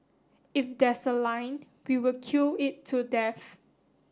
if there's a line we will queue it to death